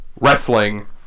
wrestling